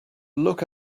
look